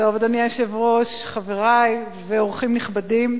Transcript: אדוני היושב-ראש, חברי ואורחים נכבדים,